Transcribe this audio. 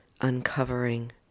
uncovering